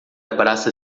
abraça